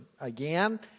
Again